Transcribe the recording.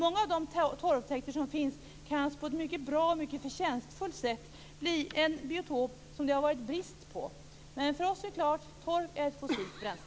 Många av de torvtäkter som finns kan på ett mycket bra och mycket förtjänstfullt sätt bli en biotop som det har rått brist på. För oss är det klart. Torv är ett fossilt bränsle.